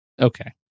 Okay